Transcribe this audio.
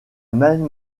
même